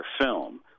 film